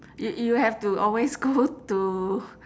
you you have to always go to